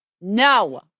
No